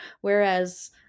Whereas